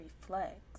reflect